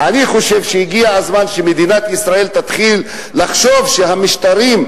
אני חושב שהגיע הזמן שמדינת ישראל תתחיל לחשוב שהמשטרים,